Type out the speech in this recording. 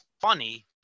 funny